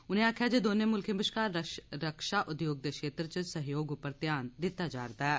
उनें आक्खेआ जे दौनें मुल्खें बश्कार रक्षा उद्योग दे क्षेत्र च सहयोग उप्पर ध्यान दिता जारदा ऐ